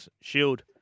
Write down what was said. shield